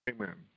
Amen